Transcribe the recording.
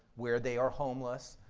where they are homeless,